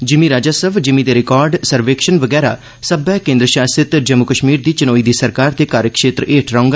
जिमी राजस्व जिमी दे रिकार्ड सर्वेक्षण बगैरा सब्लै केन्द्र शासित जम्मू कश्मीर दी चनोई दी सरकार दे कार्यक्षेत्र ऐठ रौहग